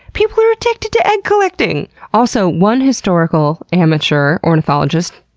people are addicted to egg collecting! also, one historical amateur ornithologist,